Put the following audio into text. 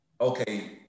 okay